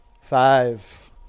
Five